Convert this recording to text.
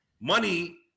money